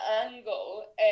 angle